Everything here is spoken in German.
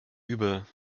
übel